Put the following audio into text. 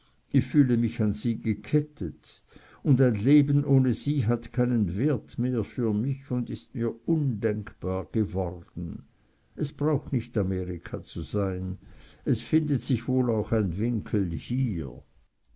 ich fühle mich an sie gekettet und ein leben ohne sie hat keinen wert mehr für mich und ist mir undenkbar geworden es braucht nicht amerika zu sein es findet sich auch wohl ein winkel hier